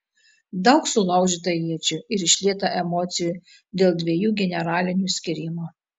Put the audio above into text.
daug sulaužyta iečių ir išlieta emocijų dėl dviejų generalinių skyrimo